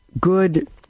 good